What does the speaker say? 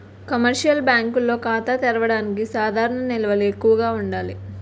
commercial బ్యాంకుల్లో ఖాతా తెరవడానికి సాధారణ నిల్వలు ఎక్కువగా ఉండాలి